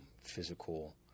Physical